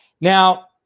Now